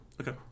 Okay